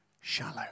shallow